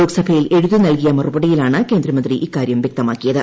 ലോക്സഭയിൽ എഴുതി നൽകിയ മറുപടിയിലാണ് കേന്ദ്രമന്ത്രി ഇക്കാര്യം വ്യക്തമാക്കിയത്